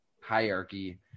hierarchy